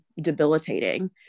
debilitating